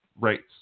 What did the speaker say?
rates